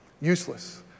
Useless